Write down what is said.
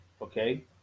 okay